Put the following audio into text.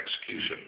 execution